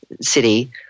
city